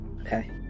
Okay